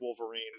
Wolverine